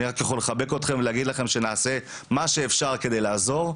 אני רק יכול לחבק אתכם ולגיד לכם שנעשה מה שאפשר כדי לעזור.